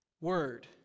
word